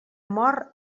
mor